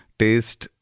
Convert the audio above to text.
taste